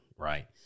Right